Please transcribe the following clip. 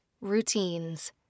Routines